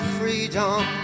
freedom